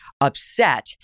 upset